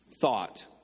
thought